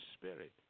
Spirit